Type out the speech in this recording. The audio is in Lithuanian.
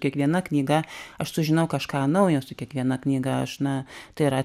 kiekviena knyga aš sužinau kažką naujo su kiekviena knyga aš na tai yra